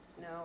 No